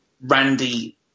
Randy